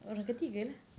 orang ketiga lah